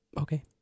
Okay